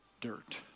dirt